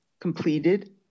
completed